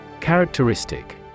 Characteristic